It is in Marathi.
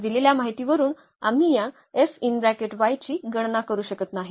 तर दिलेल्या माहितीवरून आम्ही या ची गणना करू शकत नाही